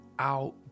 out